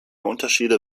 unterschiede